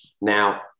Now